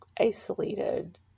isolated